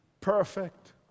perfect